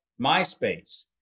MySpace